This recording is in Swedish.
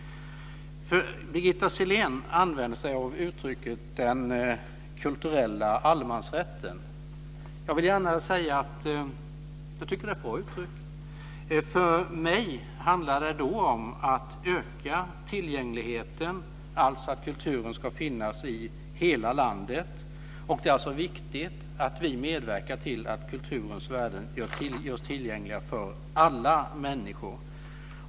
Birgitta Sellén använde uttrycket "den kulturella allemansrätten". Jag tycker att det är ett bra uttryck. För mig handlar det om en ökad tillgänglighet, alltså att kulturen ska finnas i hela landet. Det är viktigt att vi medverkar till att kulturens värden görs tillgängliga för alla människor.